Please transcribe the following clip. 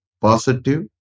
positive